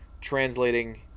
translating